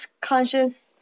conscious